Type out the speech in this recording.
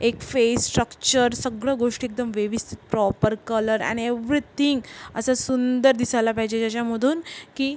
एक face structure सगळं गोष्टी एकदम व्यवस्थित प्रॉपर कलर ॲन एव्रितिंग असं सुंदर दिसायला पाहिजे ज्याच्यामधून की